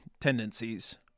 tendencies